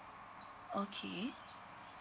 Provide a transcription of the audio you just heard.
okay